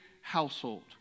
household